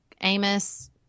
Amos